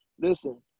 Listen